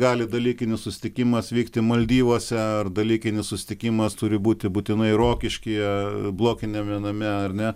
gali dalykinis susitikimas vykti maldyvuose ar dalykinis susitikimas turi būti būtinai rokiškyje blokiniame name ar ne